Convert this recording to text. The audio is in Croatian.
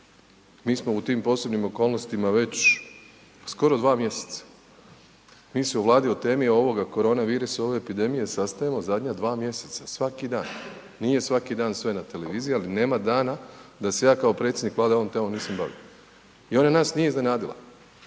mi smo u tim posebnim okolnostima već skoro 2 mjeseca. Mi se u Vladi o temi ovo korona virusa, ove epidemije sastajemo zadnja 2 mjeseca, svaki dan, nije svaki dan sve na televiziji, ali nema dana da se ja kao predsjednik Vlade ovom temom nisam bavio. I ona nas nije iznenadila